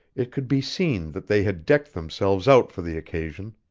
it could be seen that they had decked themselves out for the occasion.